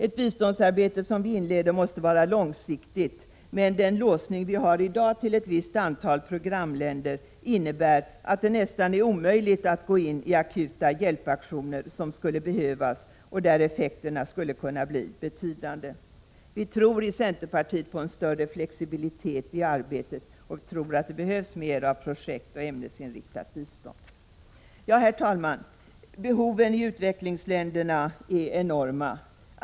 Ett biståndsarbete måste vara långsiktigt, men den låsning vi har i dag till ett visst antal programländer innebär att det nästan är omöjligt att gå in i akuta hjälpaktioner som skulle behövas och där effekterna skulle kunna bli betydande. I centerpartiet tror vi på en större flexibilitet i arbetet. Det behövs mer av projektoch ämnesinriktat bistånd. Herr talman! Behoven i utvecklingsländerna är enorma.